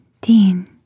Dean